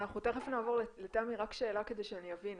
תיכף נעבור לתמי, רק שאלה כדי שאני אבין.